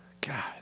God